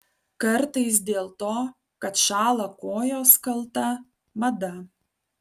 kartais dėl to kad šąla kojos kalta mada